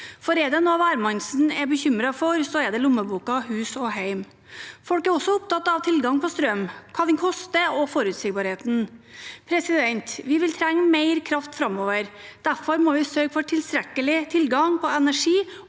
For er det noe hvermannsen er bekymret for nå, er det lommeboka, hus og hjem. Folk er også opptatt av tilgang på strøm, hva den koster, og forutsigbarheten. Vi vil trenge mer kraft framover. Derfor må vi sørge for tilstrekkelig tilgang på energi